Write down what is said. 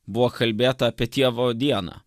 buvo kalbėta apie tėvo dieną